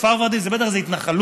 כפר ורדים זה בטח איזו התנחלות,